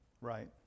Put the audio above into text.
Right